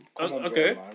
Okay